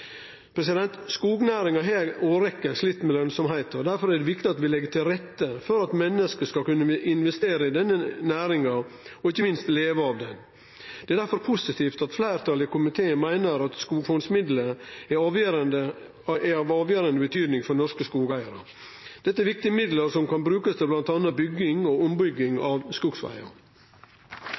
Skognæringa har i ei årrekkje slite med lønsemda. Difor er det viktig at vi legg til rette for at menneske skal kunne investere i denne næringa, og ikkje minst leve av det. Det er difor positivt at fleirtalet i komiteen meiner at skogfondsmidlar er av avgjerande betydning for norske skogeigarar. Dette er viktige midlar, som kan brukast til bl.a. bygging og ombygging av skogsvegar,